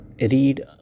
Read